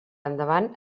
endavant